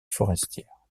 forestière